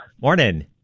Morning